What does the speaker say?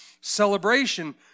celebration